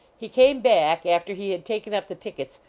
he came back, after he had taken up the tickets,